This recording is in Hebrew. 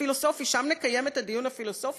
שם נקיים את הדיון הפילוסופי?